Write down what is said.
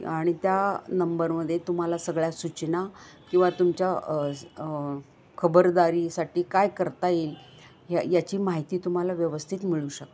आणि त्या नंबरमध्ये तुम्हाला सगळ्या सूचना किंवा तुमच्या खबरदारीसाठी काय करता येईल या्या याची माहिती तुम्हाला व्यवस्थित मिळू शकते